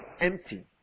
empty